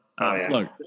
Look